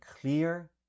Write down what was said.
clear